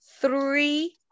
three